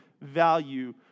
value